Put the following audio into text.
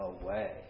away